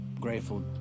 grateful